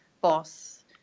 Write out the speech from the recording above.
boss